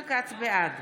בעד